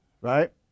right